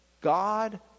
God